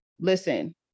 Listen